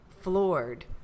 floored